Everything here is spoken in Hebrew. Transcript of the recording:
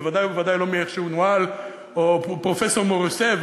ובוודאי ובוודאי לא מאיך שהוא נוהל או פרופסור מור-יוסף,